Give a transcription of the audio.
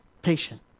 patient